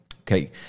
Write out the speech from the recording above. okay